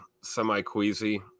semi-queasy